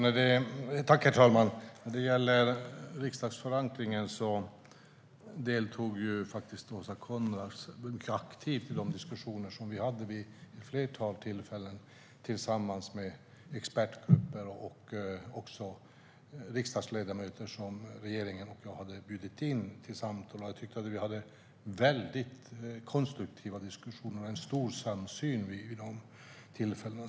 Herr talman! När det gäller riksdagsförankringen deltog Åsa Coenraads mycket aktivt i de diskussioner som vi hade vid ett flertal tillfällen tillsammans med expertgrupper och riksdagsledamöter som regeringen hade bjudit in till samtal. Vi hade väldigt konstruktiva diskussioner och en stor samsyn vid dessa tillfällen.